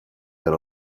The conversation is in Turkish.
yer